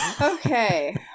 Okay